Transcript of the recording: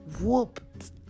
whooped